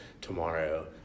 tomorrow –